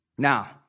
Now